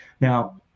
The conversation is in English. Now